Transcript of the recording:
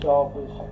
office